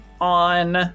on